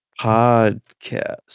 Podcast